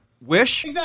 wish